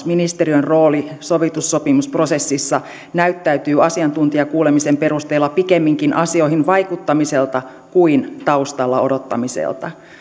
ministeriön rooli sovintosopimusprosessissa näyttäytyy asiantuntijakuulemisen perusteella pikemminkin asioihin vaikuttamiselta kuin taustalla odottamiselta